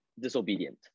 disobedient